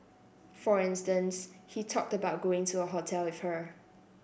for instance he talked about going to a hotel with her